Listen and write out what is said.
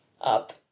up